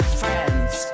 friends